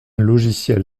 logiciel